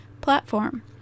platform